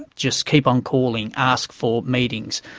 just keep on calling, ask for meetings,